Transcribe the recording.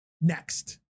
next